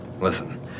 Listen